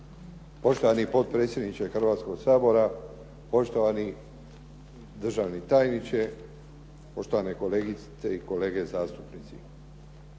Poštovani potpredsjedniče Hrvatskog sabora, poštovani državni tajniče, poštovane kolegice i kolege zastupnici.